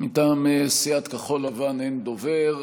מטעם סיעת כחול לבן אין דובר.